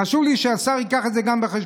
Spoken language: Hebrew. חשוב לי שהשר יביא גם את זה בחשבון.